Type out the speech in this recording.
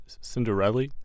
cinderella